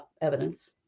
evidence